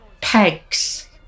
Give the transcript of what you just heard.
pegs